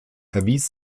erwies